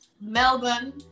Melbourne